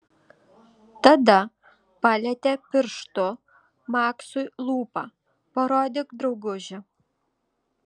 tada palietė pirštu maksui lūpą parodyk drauguži